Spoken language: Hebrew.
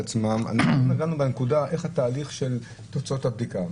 לא נגענו בנקודה של התהליך של תוצאות הבדיקה.